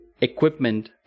equipment